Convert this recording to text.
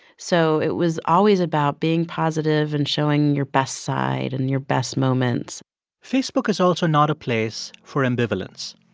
so it was always about being positive and showing your best side and your best moments facebook is also not a place for ambivalence.